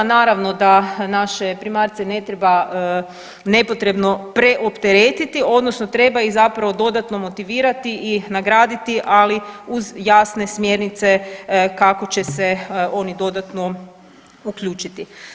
Naravno da naše primarce ne treba nepotrebno preopteretiti odnosno treba ih zapravo dodatno motivirati i nagraditi ali uz jasne smjernice kako će se oni dodatno uključiti.